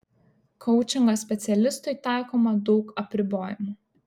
koučingo specialistui taikoma daug apribojimų